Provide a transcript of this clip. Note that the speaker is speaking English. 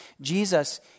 Jesus